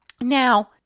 Now